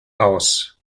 aus